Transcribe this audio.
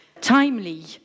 timely